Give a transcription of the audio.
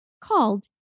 called